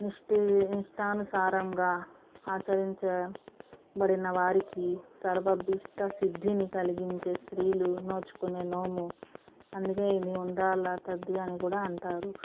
నిష్ట నిష్టానుసారంగా ఆచరించబడినవారికి సర్వబిష్ట సిద్ధిని కలిగించే స్త్రీలు నోచుకునే నోము అందుకనే ఇది ఉండ్రాళ్ళ తద్ది అని కూడా అంటారు